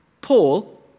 Paul